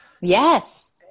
Yes